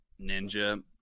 Ninja